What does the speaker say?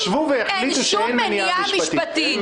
חשבו והחליטו שאין מניעה משפטית.